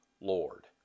Lord